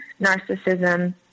narcissism